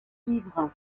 ivres